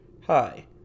Hi